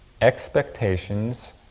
expectations